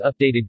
updated